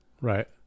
Right